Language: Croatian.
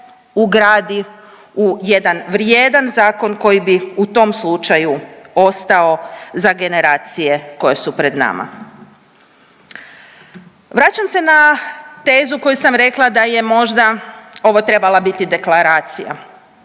ugradi u jedan vrijedan zakon koji bi u tom slučaju ostao za generacije koje su pred nama. Vraćam se na tezu koju sam rekla da je možda ovo trebala biti deklaracija,